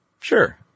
Sure